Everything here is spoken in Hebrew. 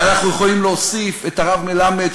ואנחנו יכולים להוסיף את הרב מלמד,